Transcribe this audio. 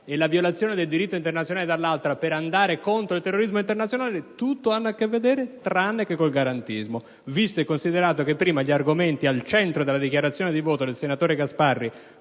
e la violazione del diritto internazionale, dall'altra, per andare contro il terrorismo internazionale tutto hanno a che vedere, tranne che con il garantismo! Se gli argomenti al centro della dichiarazione di voto del senatore Gasparri